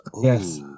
Yes